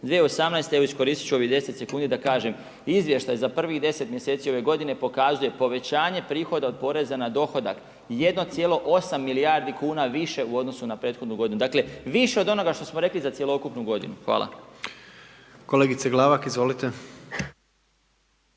2018. evo iskoristi ću ovih 10 sekundi da kažem, izvještaj za prvih 10 mjeseci ove godine pokazuje povećanje prihoda od poreza na dohodak 1,8 milijardi kuna više u odnosu na prethodnu godinu, dakle više od onoga što smo rekli za cjelokupnu godinu. Hvala. **Jandroković, Gordan